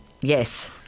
Yes